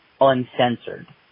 uncensored